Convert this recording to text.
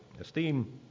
Esteem